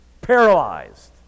paralyzed